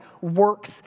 works